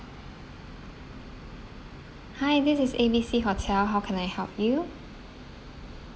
hi this is A B C hotel how can I help you